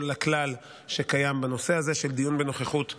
לכלל שקיים בנושא הזה של דיון בנוכחות העצור.